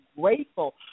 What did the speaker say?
grateful